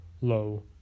low